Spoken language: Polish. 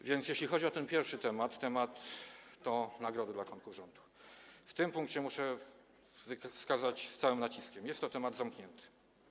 A więc jeśli chodzi o ten pierwszy temat, o nagrody dla członków rządu, w tym punkcie - muszę to wskazać z całym naciskiem - to jest to temat zamknięty.